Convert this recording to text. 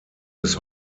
bis